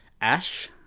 ash